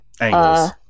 angles